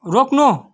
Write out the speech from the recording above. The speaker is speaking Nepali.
रोक्नु